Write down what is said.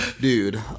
dude